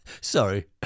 Sorry